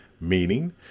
Meaning